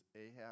Ahab